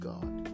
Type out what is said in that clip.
God